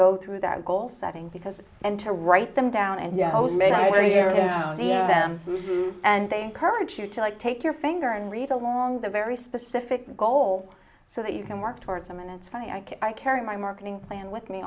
go through that goal setting because and to write them down and yeah them and they encourage you to like take your finger and read along the very specific goal so that you can work towards them and it's funny i carry my marketing plan with me